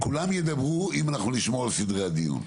כולם ידברו אם אנחנו נשמור על סדרי הדיון,